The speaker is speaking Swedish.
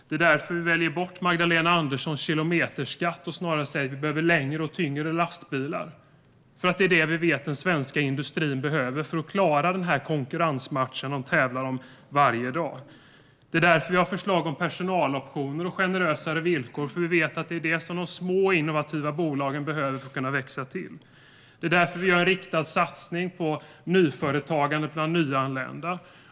Det är därför vi väljer bort Magdalena Anderssons kilometerskatt och snarare säger: Vi behöver längre och tyngre lastbilar. Vi vet nämligen att det är det som den svenska industrin behöver för att klara den konkurrensmatch som de tävlar i varje dag. Det är därför vi har förslag om personaloptioner och generösare villkor. Vi vet att det är det som de små innovativa bolagen behöver för att kunna växa till. Det är därför vi gör en riktad satsning på nyföretagandet bland nyanlända.